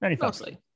mostly